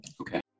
Okay